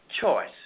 choice